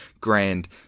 grand